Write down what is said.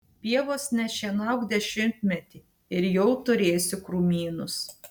pievos nešienauk dešimtmetį ir jau turėsi krūmynus